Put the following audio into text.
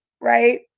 right